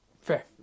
Fair